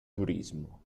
turismo